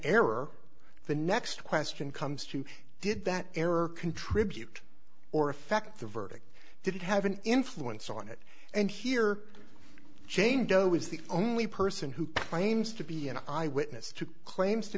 error the next question comes to did that error contribute or affect the verdict did it have an influence on it and here jane doe is the only person who claims to be an eyewitness who claims to